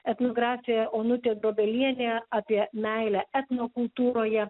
etnografė onutė dobelienė apie meilę etnokultūroje